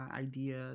idea